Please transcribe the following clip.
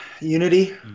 unity